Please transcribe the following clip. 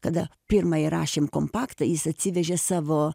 kada pirmą įrašėm kompaktą jis atsivežė savo